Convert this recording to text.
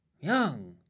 Young